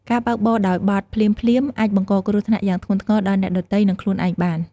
ការបើកបរដោយបទភ្លាមៗអាចបង្កគ្រោះថ្នាក់យ៉ាងធ្ងន់ធ្ងរដល់អ្នកដ៏ទៃនិងខ្លួនឯងបាន។